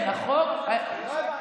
כן, החוק, לא הבנתי.